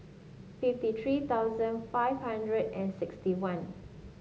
fifty three thousand five hundred and sixty one